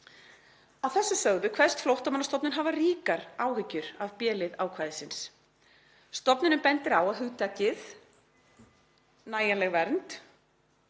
Að þessu sögðu kveðst Flóttamannastofnun hafa ríkar áhyggjur af b-lið ákvæðisins. Stofnunin bendir á að hugtakið [fullnægjandi vernd]